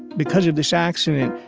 because of this accident.